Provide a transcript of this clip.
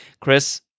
Chris